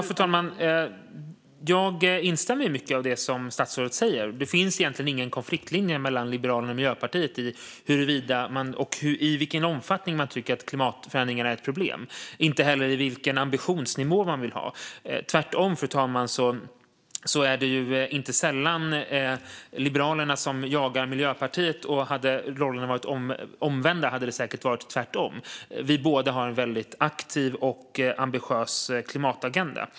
Fru talman! Jag instämmer i mycket av det som statsrådet säger. Det finns egentligen ingen konfliktlinje mellan Liberalerna och Miljöpartiet när det gäller i vilken omfattning man tycker att klimatförändringarna är ett problem, inte heller när det gäller vilken ambitionsnivå man vill ha. Det är tvärtom, fru talman. Det är inte sällan som Liberalerna jagar Miljöpartiet, och hade rollerna varit omvända hade det säkert varit tvärtom. Vi båda har en väldigt aktiv och ambitiös klimatagenda.